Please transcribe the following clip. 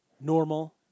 normal